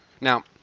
Now